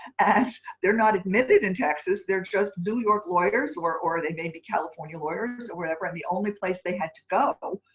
and they're not admitted in texas. they're just new york lawyers, or or they may be california lawyers, or wherever, and the only place they had to go,